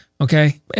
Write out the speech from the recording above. Okay